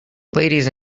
ladies